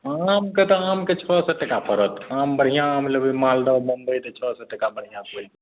आमके तऽ आमके छओ टसए का पड़त आम बढ़िआँ आम लेबै मालदह बम्बइ तऽ छओ सए टका बढ़िआँ कऽ पड़ि